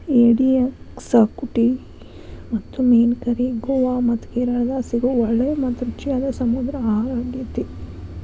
ಏಡಿಯ ಕ್ಸಾಕುಟಿ ಮತ್ತು ಮೇನ್ ಕರಿ ಗೋವಾ ಮತ್ತ ಕೇರಳಾದಾಗ ಸಿಗೋ ಒಳ್ಳೆ ಮತ್ತ ರುಚಿಯಾದ ಸಮುದ್ರ ಆಹಾರಾಗೇತಿ